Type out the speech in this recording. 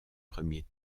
premier